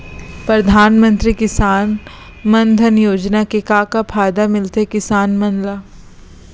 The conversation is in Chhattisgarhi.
परधानमंतरी किसान मन धन योजना के का का फायदा मिलथे किसान मन ला?